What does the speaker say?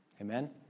Amen